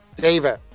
David